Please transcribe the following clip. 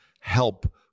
help